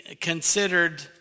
considered